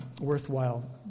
worthwhile